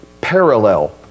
parallel